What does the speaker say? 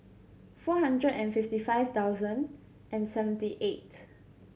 four hundred and fifty five thousand and seventy eight